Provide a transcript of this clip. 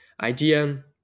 idea